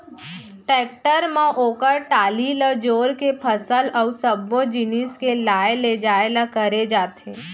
tractor म ओकर टाली ल जोर के फसल अउ सब्बो जिनिस के लाय लेजाय ल करे जाथे